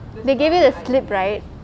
they give you the slip right